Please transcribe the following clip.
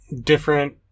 different